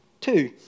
two